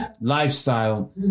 lifestyle